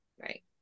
Right